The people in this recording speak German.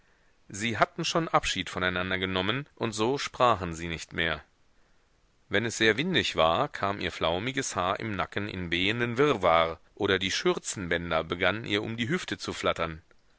sie hatten schon abschied voneinander genommen und so sprachen sie nicht mehr wenn es sehr windig war kam ihr flaumiges haar im nacken in wehenden wirrwarr oder die schürzenbänder begannen ihr um die hüften zu flattern